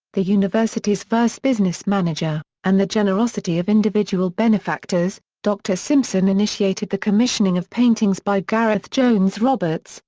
the university's first business manager, and the generosity of individual benefactors, dr simpson initiated the commissioning of paintings by gareth jones-roberts,